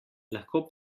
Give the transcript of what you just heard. lahko